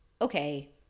okay